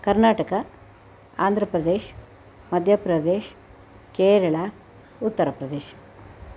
Karnataka Andhra Pradesh Madhya Pradesh Kerala Uttar Pradesh